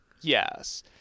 Yes